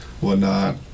whatnot